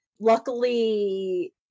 Luckily